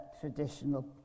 traditional